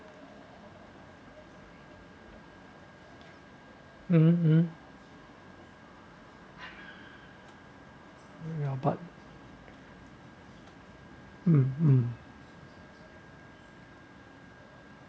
uh uh uh ya but mm mm